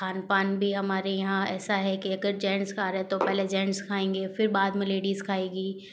खान पान में हमारे यहाँ ऐसा है कि अगर जेंट्स का रहे हैं तो पहले जेंट्स आएंगे फिर बाद में लेडिस खाएगी